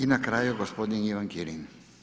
I na kraju gospodin Ivan Kirin.